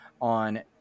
on